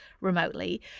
remotely